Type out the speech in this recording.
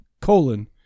colon